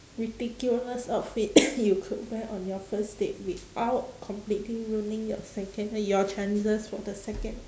ridiculous outfit you could wear on your first date without completely ruining your second your chances for the second